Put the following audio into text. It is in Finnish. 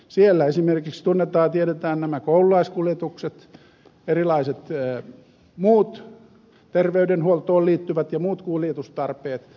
siellä kunnissa esimerkiksi tunnetaan ja tiedetään nämä koululaiskuljetukset erilaiset muut terveydenhuoltoon liittyvät ja muut kuljetustarpeet